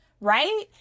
right